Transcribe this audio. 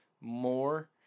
more